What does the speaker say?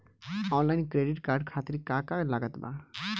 Online credit card खातिर का का लागत बा?